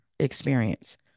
experience